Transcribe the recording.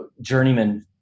journeyman